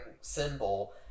symbol